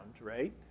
right